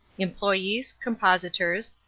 employes, compositors,